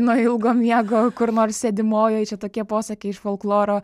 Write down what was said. nuo ilgo miego kur nors sėdimojoj čia tokie posakiai iš folkloro